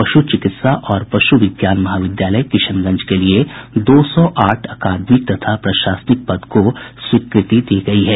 पश् चिकित्सा और पश् विज्ञान महाविद्यालय किशनगंज के लिए दो सौ आठ अकादमिक तथा प्रशासनिक पद को स्वीकृति दी गयी है